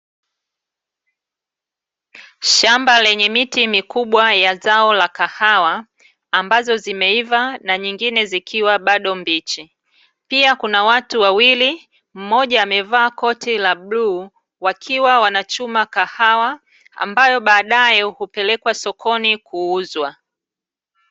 Shamba lenye miti mikubwa ya zao la kahawa, ambazo zimeiva na nyingine zikiwa bado mbichi, pia kuna watu wawili mmoja amevaa koti la bluu wakiwa wanachuma kahawa , ambayo badae hupelekwa sokoni kuuzwa.